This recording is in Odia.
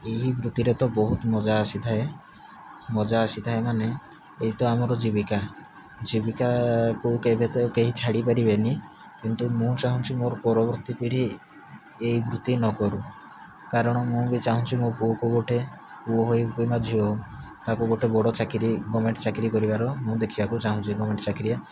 ଏହି ବୃତ୍ତିରେ ତ ବହୁତୁ ମଜା ଆସିଥାଏ ମଜା ଆସିଥାଏ ମାନେ ଏଇତ ଆମର ଜୀବିକା ଜୀବିକା କୁ କେବେ ତ କେହି ଛାଡ଼ି ପାରିବେନି କିନ୍ତୁ ମୁଁ ଚାହୁଁଛି ମୋର ପରବର୍ତ୍ତୀ ପିଢ଼ି ଏହି ବୃତ୍ତି ନ କରୁ କାରଣ ମୁଁ ବି ଚାହୁଁଛି ମୋ ପୁଅ କୁ ଗୋଟେ ପୁଅ ହେଉ କିମ୍ବା ଝିଅ ହେଉ ତାକୁ ଗୋଟେ ବଡ଼ ଚାକିରି ଗମେଣ୍ଟ୍ ଚାକିରି କରିବାର ମୁଁ ଦେଖିବାକୁ ଚାହୁଁଛି ଗଭମେଣ୍ଟ୍ ଚାକିରିଆ